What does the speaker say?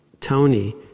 Tony